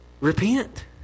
repent